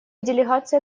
делегация